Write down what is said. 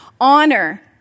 honor